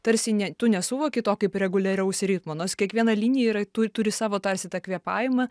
tarsi ne tu nesuvoki to kaip reguliaraus ritmo nors kiekviena linija yra tu turi savo tarsi tą kvėpavimą